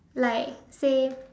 like same